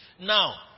Now